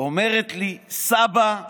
היא אומרת לי, סבא,